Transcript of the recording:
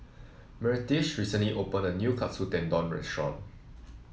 Myrtice recently opened a new Katsu Tendon Restaurant